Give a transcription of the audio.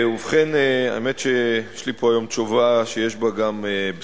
האמת היא שיש לי פה היום תשובה על השאילתא שיש בה גם בשורה.